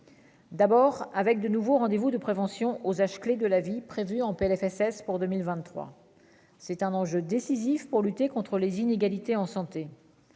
D'abord avec de nouveaux rendez-vous de prévention aux âges clés de la vie prévue en Plfss pour 2023, c'est un enjeu décisif pour lutter contre les inégalités en santé,